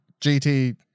GT